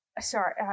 sorry